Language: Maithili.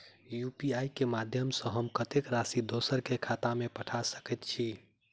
यु.पी.आई केँ माध्यम सँ हम कत्तेक राशि दोसर केँ खाता मे पठा सकैत छी?